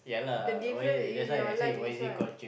the different in your life is what